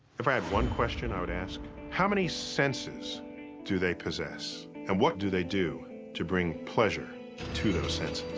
if i had one question i would ask how many senses do they possess and what do they do to bring pleasure to those senses?